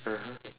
(uh huh)